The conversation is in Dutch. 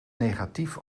negatief